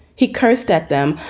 he cast at them,